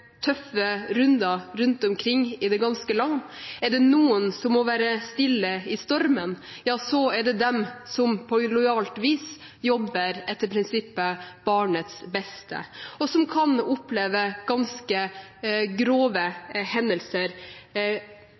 tøffe runder rundt omkring i det ganske land. Er det noen som må være stille i stormen, er det dem som på lojalt vis jobber etter prinsippet barnets beste, og som kan oppleve ganske grove hendelser